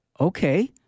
Okay